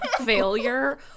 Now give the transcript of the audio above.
failure